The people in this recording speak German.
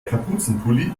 kapuzenpulli